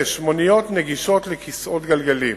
6. מוניות נגישות לכיסאות גלגלים,